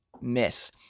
miss